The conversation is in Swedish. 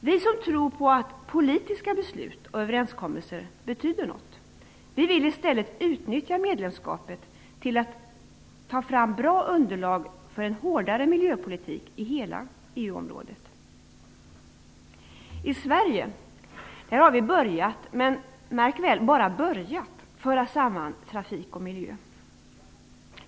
Vi som tror på att politiska beslut och överenskommelser betyder något vill istället utnyttja medlemskapet till att ta fram bra underlag för en hårdare miljöpolitik i hela EU-området. I Sverige har vi börjat, men märk väl bara börjat, föra samman trafik och miljö.